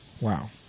wow